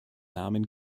namen